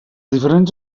diferents